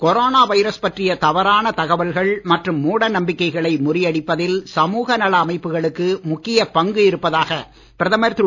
corona virus பற்றிய தவறான தகவல்கள் மற்றும் மூடநம்பிக்கைகளை முறியடிப்பதில் சமூக நல அமைப்புகளுக்கு முக்கிய பங்கு இருப்பதாக பிரதமர் திரு